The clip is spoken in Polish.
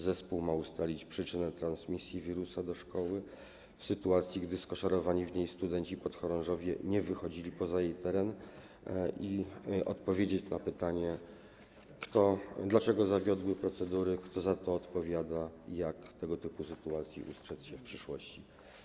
Zespół ma ustalić przyczynę transmisji wirusa do szkoły w sytuacji, gdy skoszarowani w niej studenci podchorążowie nie wychodzili poza jej teren, i odpowiedzieć na pytanie, dlaczego zawiodły procedury, kto za to odpowiada i jak tego typu sytuacji ustrzec się w przyszłości.